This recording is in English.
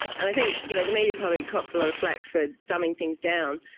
and i think you know the media probably cops a lot of flak for dumbing things down,